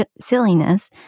silliness